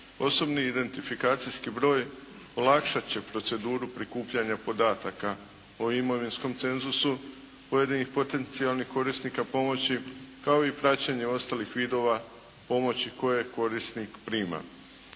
Osobni identifikacijski broj olakšati će proceduru prikupljanja podataka po imovinskom cenzusu pojedinih potencijalnih korisnika pomoći, kao i plaćanje ostalih vidova pomoći koje korisnik prima.